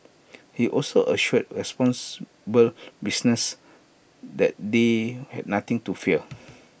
he also assured responsible business that they had nothing to fear